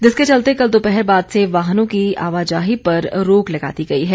जिसके चलते कल दोपहर बाद से वाहनों की आवाजाही पर रोक लगा दी गई है